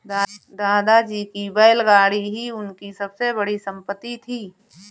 दादाजी की बैलगाड़ी ही उनकी सबसे बड़ी संपत्ति थी